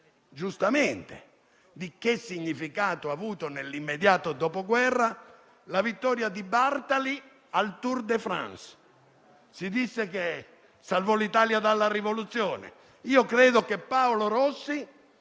giustamente, di quale significato abbia avuto nell'immediato dopoguerra la vittoria di Bartali al Tour de France. Si dice che salvò l'Italia dalla rivoluzione. Io credo che Paolo Rossi